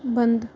बंद